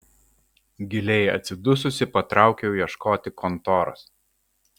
giliai atsidususi patraukiau ieškoti kontoros